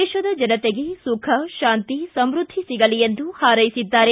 ದೇತದ ಜನತೆಗೆ ಸುಖ ಶಾಂತಿ ಸಮೃದ್ಧಿ ಸಿಗಲಿ ಎಂದು ಹಾರೈಸಿದ್ದಾರೆ